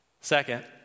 Second